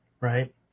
right